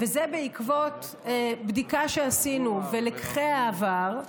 וזה בעקבות בדיקה שעשינו ומלקחי העבר: